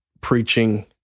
preaching